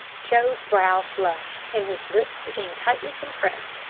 joe's brow flushed, and his lips became tightly compressed,